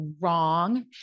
wrong